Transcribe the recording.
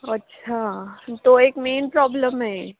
अच्छा तो एक मेन प्रॉब्लेम आहे